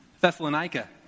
Thessalonica